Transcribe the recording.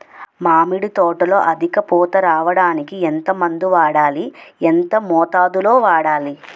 మామిడి తోటలో అధిక పూత రావడానికి ఎంత మందు వాడాలి? ఎంత మోతాదు లో వాడాలి?